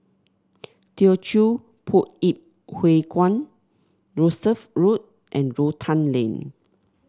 Teochew Poit Ip Huay Kuan Rosyth Road and Rotan Lane